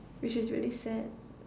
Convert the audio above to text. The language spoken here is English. which is really sad